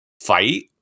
fight